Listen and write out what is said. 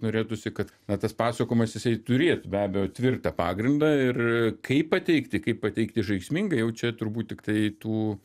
norėtųsi kad na tas pasakojimas jisai turėtų be abejo tvirtą pagrindą ir kaip pateikti kaip pateikti žaismingai jau čia turbūt tiktai tų